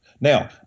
Now